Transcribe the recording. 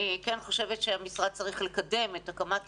אני כן חושבת שהמשרד צריך לקדם את הקמת